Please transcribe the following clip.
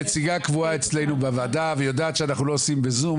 נציגה קבועה אצלנו בוועדה ויודעת שאנחנו לא עושים בזום,